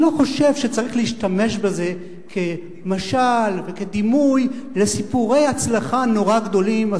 אני לא חושב שצריך להשתמש בזה כמשל וכדימוי לסיפורי הצלחה נורא גדולים,